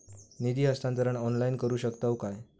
निधी हस्तांतरण ऑनलाइन करू शकतव काय?